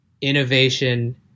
innovation